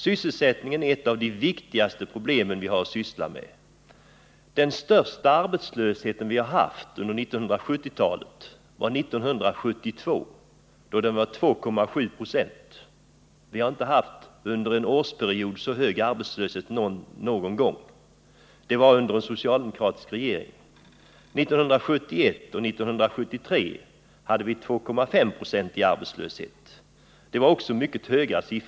Sysselsättningen är ett av de viktigaste problem vi har att ägna oss åt. Den största arbetslösheten under 1970-talet inträffade 1972, då arbetslösheten var 2,7 96. Vi har inte någon gång senare haft en så hög arbetslöshet under en årsperiod. Det var under en socialdemokratisk regering. 1971 och 1973 var arbetslösheten 2,5 96, också det ett mycket högt tal.